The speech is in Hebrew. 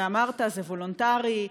ואמרת שזה וולונטרי,